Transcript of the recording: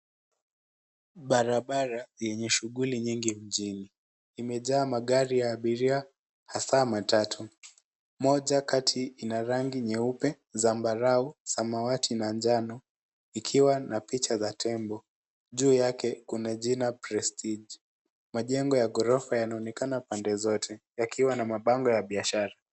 Barabara yenye shughuli mingi mjini. Imejaa magari ya abiria, hasa matatu. Moja kati ina rangi nyeupe, zambarau, samawati na njano ikiwa na picha za tembo. Juu yake kuna jina Prestige . Majengo ya ghorofa yanaonekana pande zote yakiwa na mabango ya biashara.